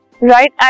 right